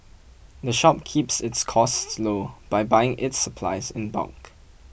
the shop keeps its costs low by buying its supplies in bulk